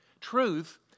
Truth